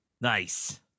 Nice